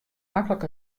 maklik